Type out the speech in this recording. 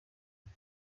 uyu